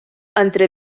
entre